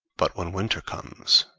but when winter comes,